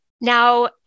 Now